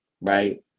right